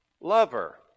lover